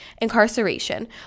Incarceration